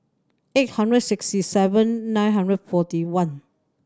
eight hundred sixty seven nine hundred forty one